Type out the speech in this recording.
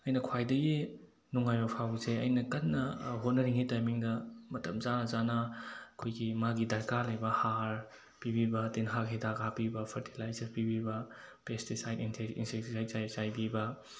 ꯑꯩꯅ ꯈ꯭ꯋꯥꯏꯗꯒꯤ ꯅꯨꯡꯉꯥꯏꯕ ꯐꯥꯎꯕꯁꯦ ꯑꯩꯅ ꯀꯟꯅ ꯍꯣꯠꯅꯔꯤꯉꯩ ꯇꯥꯏꯃꯤꯡꯗ ꯃꯇꯝ ꯆꯥꯅ ꯆꯥꯅ ꯑꯩꯈꯣꯏꯒꯤ ꯃꯥꯒꯤ ꯗꯔꯀꯥꯔ ꯂꯩꯕ ꯍꯥꯔ ꯄꯤꯕꯤꯕ ꯇꯤꯜꯍꯥꯠ ꯍꯤꯗꯥꯛ ꯍꯥꯞꯄꯤꯕ ꯐ꯭ꯔꯇꯤꯂꯥꯏꯖꯔ ꯄꯤꯕꯤꯕ ꯄꯦꯁꯇꯤꯁꯥꯏꯠ ꯏꯟꯁꯦꯛꯇꯤꯁꯥꯏꯠ ꯆꯥꯏꯕꯤꯕ